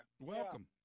Welcome